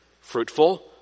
Fruitful